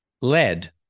Lead